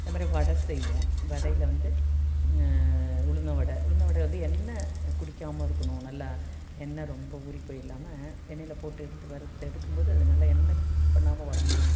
அது மாதிரி வடை செய்வோம் வடையில் வந்து உளுந்தன் வடை உளுந்தன் வடை வந்து எண்ணெய் குடிக்காமல் இருக்கணும் நல்லா எண்ணெய் ரொம்ப ஊறி போய் இல்லாமல் எண்ணெயில் போட்டு எடுத்து வறுத்து எடுக்கும் போது அது நல்ல எண்ணெய் இது பண்ணாமல் வரணும்